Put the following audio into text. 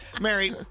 Mary